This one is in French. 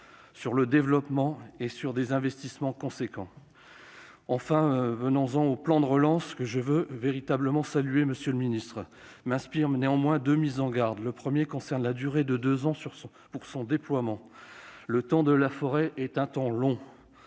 sur le développement et sur des investissements importants. Enfin, venons-en au plan de relance, que je veux saluer, monsieur le ministre, même s'il m'inspire deux mises en garde. La première concerne la durée de deux ans prévue pour son déploiement. Le temps de la forêt est un temps long,